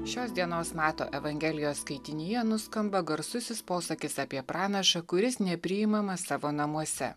šios dienos mato evangelijos skaitinyje nuskamba garsusis posakis apie pranašą kuris nepriimamas savo namuose